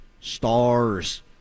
stars